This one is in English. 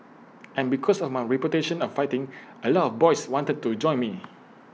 and because of my reputation of fighting A lot of boys wanted to join me